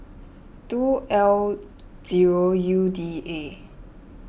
two L zero U D A